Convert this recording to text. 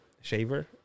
shaver